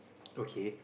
okay